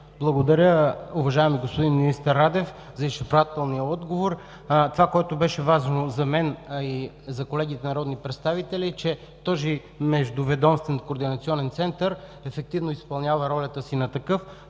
Благодаря, уважаеми господин министър Радев, за изчерпателния отговор. Това, което беше важно за мен и за колегите народни представители, е, че този Междуведомствен координационен център ефективно изпълнява ролята си на такъв,